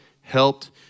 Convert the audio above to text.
helped